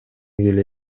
келе